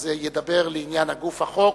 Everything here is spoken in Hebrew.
אז ידבר לעניין גוף החוק.